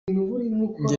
njye